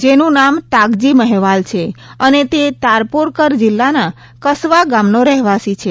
જેનું નામ તાગજી મહેવાલ છે અને તે તારપોરકર જિલ્લાના કસવા ગામનો રહેવાસી છે